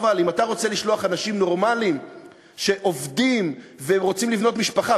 אבל אם אתה רוצה לשלוח אנשים נורמליים שעובדים ורוצים לבנות משפחה,